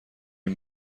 این